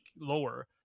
lower